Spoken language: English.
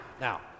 now